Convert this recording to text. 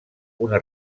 una